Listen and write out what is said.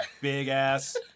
big-ass